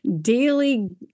daily